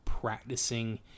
practicing